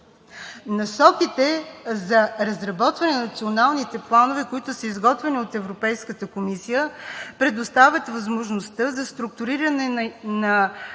Насоките за разработване на националните планове, които са изготвени от Европейската комисия, предоставят възможността за структуриране на